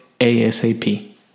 ASAP